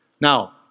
Now